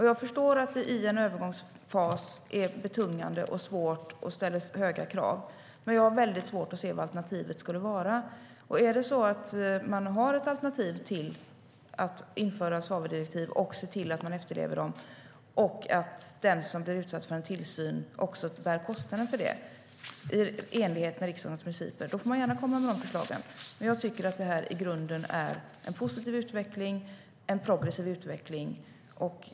Jag förstår att det i en övergångsfas är betungande och svårt och ställer höga krav, men jag har väldigt svårt att se vad alternativet skulle vara. Är det så att man har ett alternativ till att införa svaveldirektiv och se till att de efterlevs - samt att den som blir utsatt för tillsyn bär kostnaden för det, i enlighet med riksdagens principer - får man gärna komma med de förslagen. Jag tycker dock att detta i grunden är en positiv och progressiv utveckling.